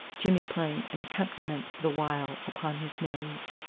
jimmy playing an accompaniment the while upon his nose.